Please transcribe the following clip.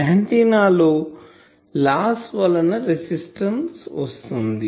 antenna లో loss వలన resistance వస్తుంది